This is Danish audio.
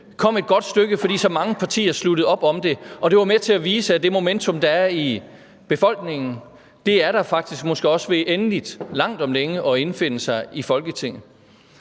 kom et godt stykke af vejen, fordi så mange partier sluttede op om det, og det var med til at vise, at det momentum, der er i befolkningen, måske faktisk også langt om længe endelig er ved at indfinde sig i Folketinget.